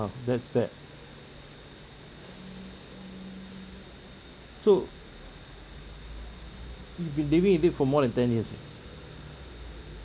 that's bad so you've been living with it for more than ten years already